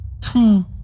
Two